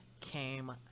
came